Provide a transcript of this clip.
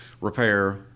repair